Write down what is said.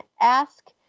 ask